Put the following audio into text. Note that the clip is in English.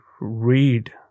read